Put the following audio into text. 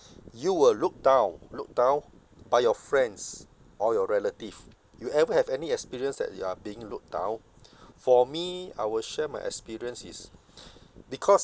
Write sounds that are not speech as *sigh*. you were looked down looked down by your friends or your relative you ever have any experience that you are being looked down for me I will share my experience is *breath* because